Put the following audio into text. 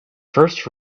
first